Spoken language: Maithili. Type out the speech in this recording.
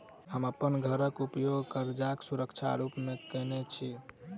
हम अप्पन घरक उपयोग करजाक सुरक्षा रूप मेँ केने छी